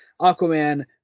Aquaman